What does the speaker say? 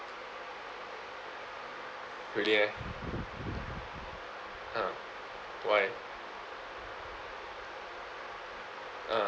really eh uh why uh